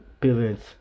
parents